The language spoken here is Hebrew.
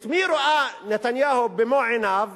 את מי ראה נתניהו במו-עיניו